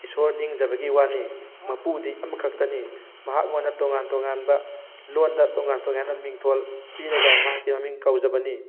ꯏꯁꯣꯔ ꯅꯤꯡꯖꯕꯒꯤ ꯋꯥꯅꯤ ꯃꯄꯨꯗꯤ ꯑꯃꯈꯛꯇꯅꯤ ꯃꯍꯥꯛ ꯃꯛꯅ ꯇꯣꯉꯥꯟ ꯇꯣꯉꯥꯟꯕ ꯂꯣꯟꯗ ꯇꯣꯉꯥꯟ ꯇꯣꯉꯥꯟꯕ ꯃꯤꯡꯊꯣꯜ ꯄꯤꯔꯒ ꯃꯍꯥꯛꯀꯤ ꯃꯃꯤꯡ ꯀꯧꯖꯕꯅꯤ